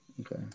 okay